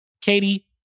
Katie